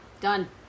Done